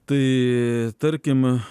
tai tarkim